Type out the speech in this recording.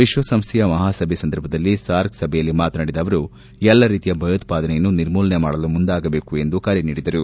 ವಿಶ್ವಸಂಸ್ಥೆಯ ಮಹಾಸಭೆ ಸಂದರ್ಭದಲ್ಲಿ ಸಾರ್ಕ್ಸಭೆಯಲ್ಲಿ ಮಾತನಾಡಿದ ಅವರು ಎಲ್ಲಾ ರೀತಿಯ ಭಯೋತ್ಪಾದನೆಯನ್ನು ನಿರ್ಮೂಲನೆ ಮಾಡಲು ಮುಂದಾಗಬೇಕು ಎಂದು ಕರೆ ನೀಡಿದರು